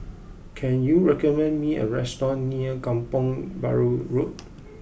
can you recommend me a restaurant near Kampong Bahru Road